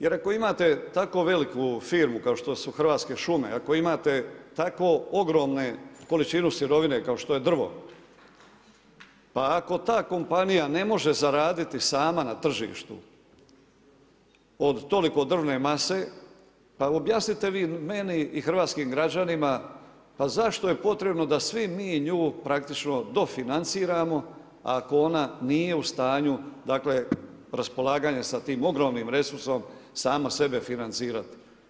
Jer ako imate tako velike firmu, kao štu su Hrvatske šume, ako imate tako ogromne količinu sirovine, kao što je drvo, pa ako ta kompanija ne može zaraditi sama na tržištu od tolike drvne mase, pa objasnite, vi meni i hrvatskim građanima, pa zašto je potrebno, da svi mi nju praktičko do financiramo, ako ona nije u stanju, dakle, raspolaganje s tim ogromnim resursom, sama sebe financirati.